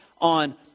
on